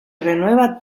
renueva